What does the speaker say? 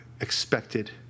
expected